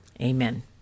Amen